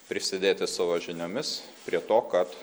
prisidėti savo žiniomis prie to kad